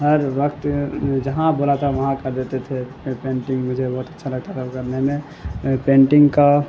ہر وقت جہاں بلاتا وہاں کر دیتے تھے یہ پینٹنگ مجھے بہت اچھا لگتا تھا کرنے میں پینٹنگ کا